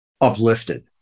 uplifted